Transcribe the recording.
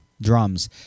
drums